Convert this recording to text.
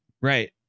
right